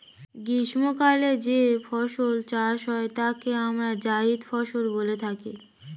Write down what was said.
গ্রীষ্মকালে যে ফসল চাষ হয় তাকে আমরা জায়িদ ফসল বলে থাকি